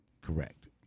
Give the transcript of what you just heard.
Correct